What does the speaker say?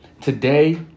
today